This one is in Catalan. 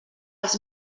els